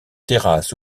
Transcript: terrasses